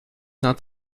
d’un